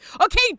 Okay